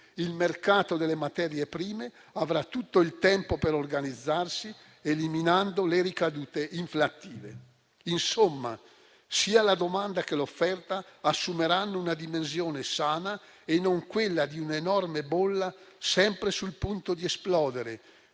Il mercato delle materie prime avrà tutto il tempo per organizzarsi, eliminando le ricadute inflattive. Insomma, sia la domanda che l'offerta assumeranno una dimensione sana e non quella di un'enorme bolla sempre sul punto di esplodere